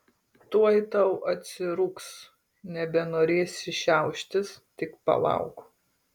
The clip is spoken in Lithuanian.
tuoj tau atsirūgs nebenorėsi šiauštis tik palauk